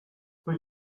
they